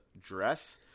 dress